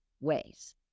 ways